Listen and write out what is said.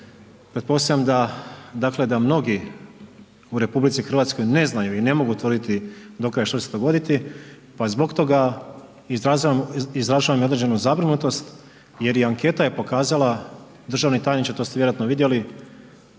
Pretpostavljam da, dakle da mnogi u RH ne znaju i ne mogu tvrditi do kraja što će se dogoditi pa zbog toga izražavam i određenu zabrinutost jer i anketa je pokazala, državni tajniče to ste vjerojatno vidjeli